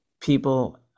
people